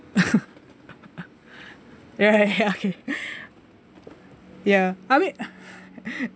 ya ya okay ya I mean